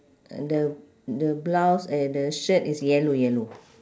uh the the blouse and the shirt is yellow yellow